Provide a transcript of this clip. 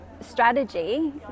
strategy